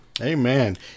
Amen